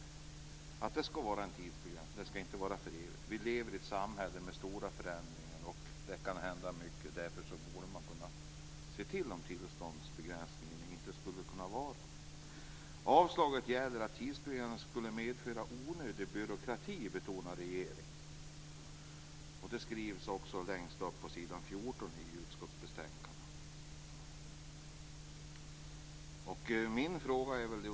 Tillstånden skall inte gälla för evigt. Vi lever ju i ett samhälle där det sker stora förändringar. Mycket kan alltså hända. Därför borde man kunna undersöka om inte detta med en tidsbegränsning av tillstånden kunde vara något. Avslaget gäller att en tidsbegränsning skulle medföra en onödig byråkrati. Detta betonar regeringen. Om det kan man läsa på s. 14 i utskottsbetänkandet.